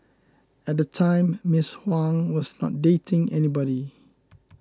at the time Miss Huang was not dating anybody